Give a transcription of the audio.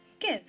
Give